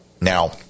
Now